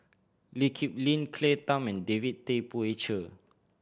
Lee Kip Lin Claire Tham and David Tay Poey Cher